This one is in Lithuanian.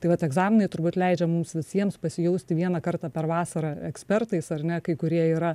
tai vat egzaminai turbūt leidžia mums visiems pasijausti vieną kartą per vasarą ekspertais ar ne kai kurie yra